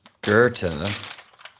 Goethe